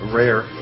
rare